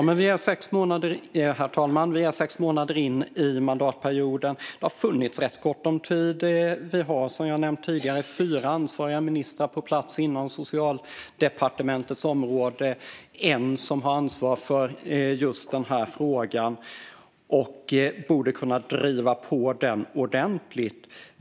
Herr talman! Vi är sex månader in i mandatperioden, och det har funnits rätt gott om tid. Precis som jag har nämnt tidigare finns fyra ansvariga ministrar på plats inom Socialdepartementets område. En har ansvar för just den här frågan och borde kunna driva på den ordentligt.